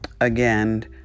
again